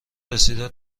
رسیده